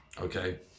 okay